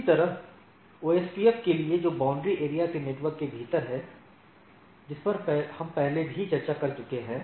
इसी तरह ओएसपीएफ के लिए जो बाउंड्री एरिया के नेटवर्क के भीतर है जिस पर हम पहले ही चर्चा कर चुके हैं